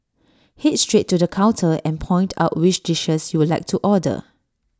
Head straight to the counter and point out which dishes you'd like to order